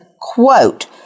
quote